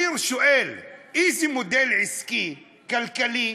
אני שואל איזה מודל עסקי, כלכלי,